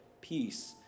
peace